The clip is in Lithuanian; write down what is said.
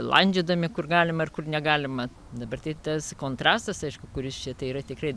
landžiodami kur galima ir kur negalima dabar tai tas kontrastas aišku kuris čia tai yra tikrai